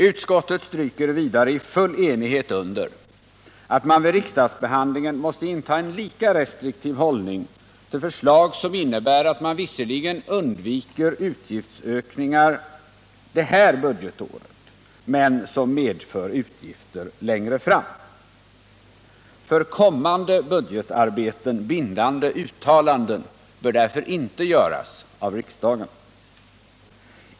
Utskottet stryker vidare i full enighet under att man vid riksdagsbehandlingen måste inta en lika restriktiv hållning till förslag som innebär att man visserligen undviker utgiftsökningar det här budgetåret men som medför utgifter längre fram. För kommande budgetarbeten bindande uttalanden bör därför inte göras av riksdagen.